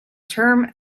term